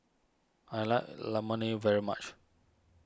I like Imoni very much